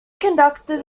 conducted